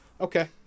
okay